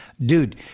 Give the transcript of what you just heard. dude